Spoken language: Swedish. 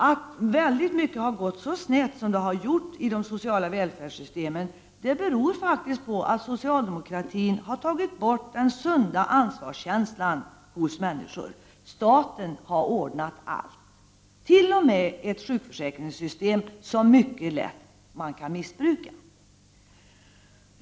Att mycket har gått så snett som det har gjort i de sociala välfärdssystemen beror faktiskt på att socialdemokratin har tagit bort den sunda ansvarskänslan hos människor. Staten har ordnat allt, t.o.m. ett sjukförsäkringssystem som man kan missbruka mycket lätt.